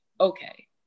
Okay